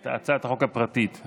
את הצעת החוק הפרטית.